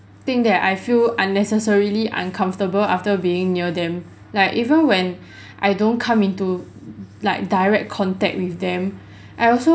think that I feel unnecessarily uncomfortable after being near them like even when I don't come into like direct contact with them I also